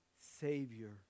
savior